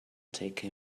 take